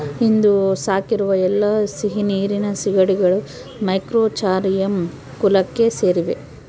ಇಂದು ಸಾಕಿರುವ ಎಲ್ಲಾ ಸಿಹಿನೀರಿನ ಸೀಗಡಿಗಳು ಮ್ಯಾಕ್ರೋಬ್ರಾಚಿಯಂ ಕುಲಕ್ಕೆ ಸೇರಿವೆ